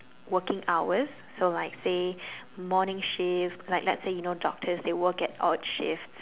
working hours so like say morning shift like let's say you know doctors they work at odd shifts